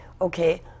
Okay